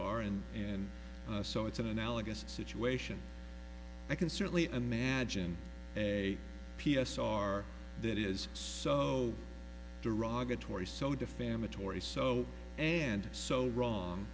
r and and so it's an analogous situation i can certainly imagine a p s r that is so derogatory so defamatory so and so wrong